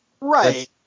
Right